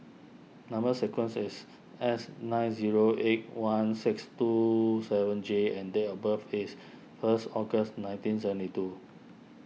Number Sequence is S nine zero eight one six two seven J and date of birth is first August nineteen seventy two